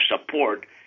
support